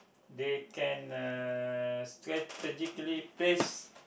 they can uh strategically place